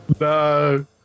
No